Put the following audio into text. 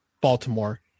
Baltimore